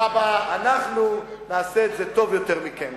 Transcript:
אנחנו נעשה את זה טוב יותר מכם.